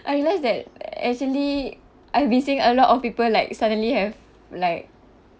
I realize that actually I been seeing a lot of people like suddenly have like